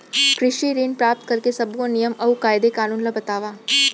कृषि ऋण प्राप्त करेके सब्बो नियम अऊ कायदे कानून ला बतावव?